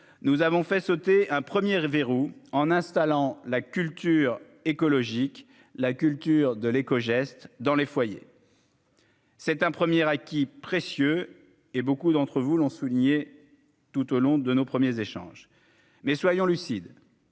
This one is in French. nous avons fait sauter un premier verrou en installant la culture écologique, la culture de l'éco-gestes dans les foyers. C'est un premier acquis précieux et beaucoup d'entre vous l'ont souligné tout au long de nos premiers échanges mais soyons lucides